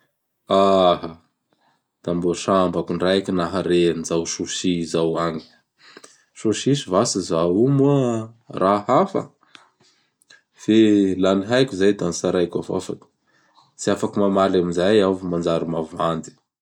Aha da mbô sambako ndraiky nahare an zao Chouchi izao agny. Sôsisy vasa izao moa raha hafa? Fe laha gny haiko izay da notsaraiko avao fa tsy afaky mamaly an'izay iaho fa manjary mavandy.